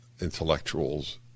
intellectuals